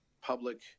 public